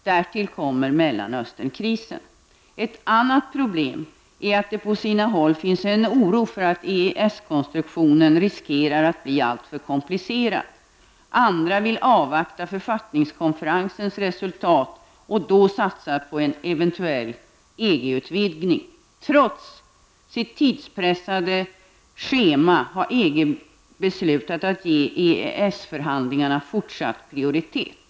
Därtill kommer Ett annat problem är att det på sina håll finns en oro för att EES-konstruktionen riskerar att bli alltför komplicerad. Andra vill avvakta författningskonferensens resultat och då satsa på en eventuell EG-utvidgning. Trots sitt tidspressade schema har EG beslutat att ge EES-förhandlingarna fortsatt prioritet.